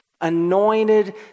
anointed